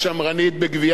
מה הוא אמר לכם?